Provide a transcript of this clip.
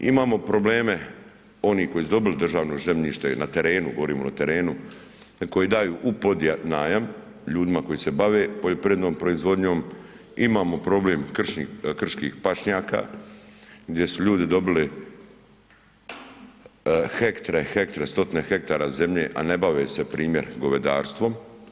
Imamo probleme, oni koji su dobili državno zemljište na terenu, govorimo o terenu koji daju u podnajam ljudima koji se bave poljoprivrednom proizvodnjom, imamo problem krških pašnjaka gdje su ljudi dobili hektre i hektre, stotine hektara zemlje, a ne bave se primjer govedarstvom.